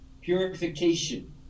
purification